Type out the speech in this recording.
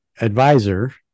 advisor